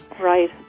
Right